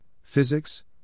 Physics